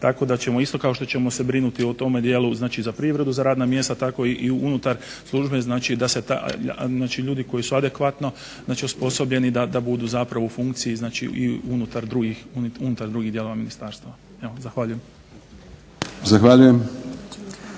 tako da ćemo isto kao što ćemo se brinuti u tome dijelu za privredu za radna mjesta tako i unutar službe znači ljudi koji su adekvatno osposobljeni da budu u funkciji unutar drugih dijelova Ministarstva. Zahvaljujem.